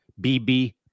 BB